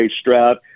Stroud